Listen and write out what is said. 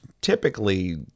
typically